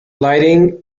lighting